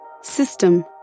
system